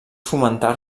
fomentar